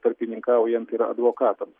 tarpininkaujant ir advokatams